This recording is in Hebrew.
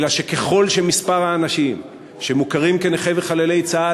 אלא שככל שמספר האנשים שמוכרים כנכי וחללי צה"ל